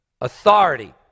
authority